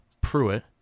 Pruitt